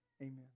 Amen